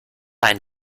einen